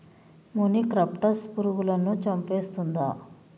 మొనిక్రప్టస్ పురుగులను చంపేస్తుందా?